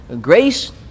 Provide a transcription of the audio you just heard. Grace